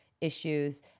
issues